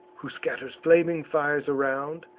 who scatters flaming fires around,